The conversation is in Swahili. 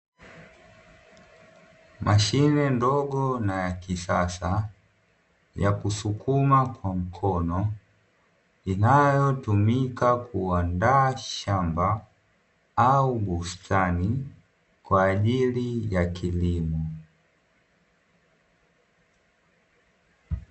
Mashine ndogo na ya kisasa yakusukuma kwa mkono inayotumika kuaandaa shamba au bustani kwa ajili ya kilimo.